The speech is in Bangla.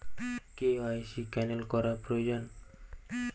কে.ওয়াই.সি ক্যানেল করা প্রয়োজন?